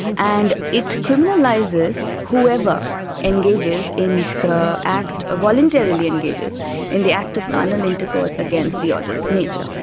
and it criminalises whoever engages in the act of, voluntarily engages in the act of carnal intercourse against the order of nature.